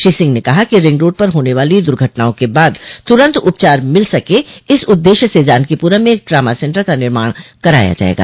श्री सिंह ने कहा कि रिंग रोड पर होने वाली दुर्घटनाओं के बाद तुरन्त उपचार मिल सके इस उद्देश्य से जानकीपुरम में एक ट्रामा सेन्टर का निर्माण कराया जायेगा